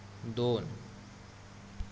दोन